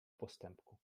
postępku